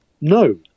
no